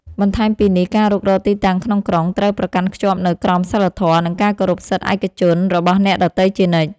បន្ថែមពីនេះ ការរុករកទីតាំងក្នុងក្រុងត្រូវប្រកាន់ខ្ជាប់នូវក្រមសីលធម៌ និងការគោរពសិទ្ធិឯកជនរបស់អ្នកដទៃជានិច្ច។